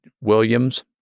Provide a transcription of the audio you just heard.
Williams